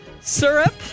Syrup